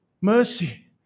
Mercy